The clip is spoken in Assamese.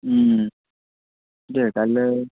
দেই কাইলৈ